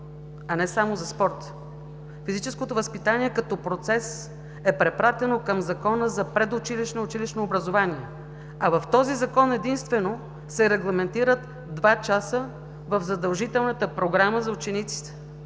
а не само за спорта. Физическото възпитание като процес е препратено към Закона за предучилищно и училищно образование, а в този Закон единствено се регламентират два часа в задължителната програма за учениците,